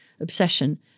obsession